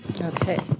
Okay